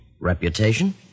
Reputation